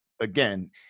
again